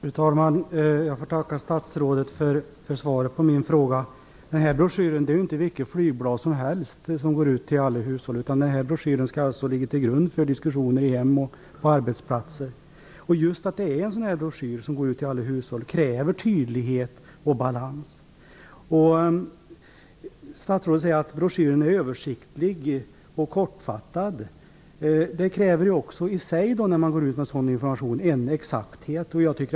Fru talman! Jag får tacka statsrådet för svaret på min fråga. Denna broschyr är inte vilket flygblad som helst som går ut till alla hushåll. Broschyren skall alltså ligga till grund för diskussioner i hem och på arbetsplatser. Just en sådan broschyr som går ut till alla hushåll kräver tydlighet och balans. Statsrådet säger att broschyren är översiktlig och kortfattad. Men när man går ut med en sådan information kräver det i sig en exakthet.